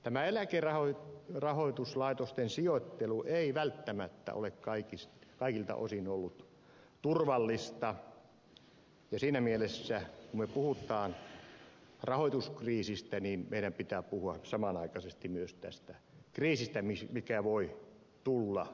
tämä eläkerahoituslaitosten sijoittelu ei välttämättä ole kaikilta osin ollut turvallista ja siinä mielessä kun puhumme rahoituskriisistä meidän pitää puhua samanaikaisesti myös tästä kriisistä joka voi tulla eläkkeille